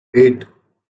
eight